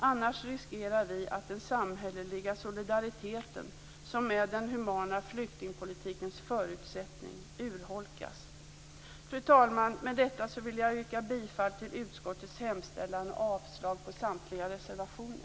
Annars riskerar vi att den samhälleliga solidariteten, som är den humana flyktingpolitikens förutsättning, urholkas. Fru talman! Med detta vill jag yrka bifall till utskottets hemställan och avslag på samtliga reservationer.